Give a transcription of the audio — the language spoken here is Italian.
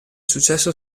successo